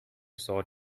sort